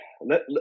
let